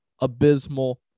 abysmal